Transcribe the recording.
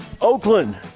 Oakland